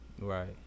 Right